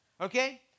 okay